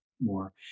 more